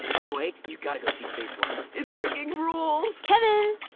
but way, you've got to go see space worm. it freaking rules! kevin?